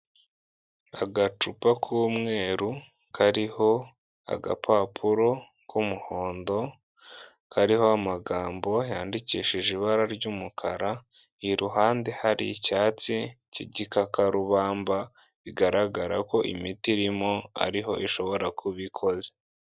Agacupa k'umweru kariho agapapuro k'umuhondo, kariho amagambo yandikishije ibara ry'umukara, iruhande hari icyatsi cy'igikakarubamba bigaragara ko imiti irimo ariho ishobora kuba ikoze.